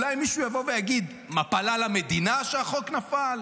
אולי מישהו יבוא ויגיד: מפלה למדינה שהחוק נפל?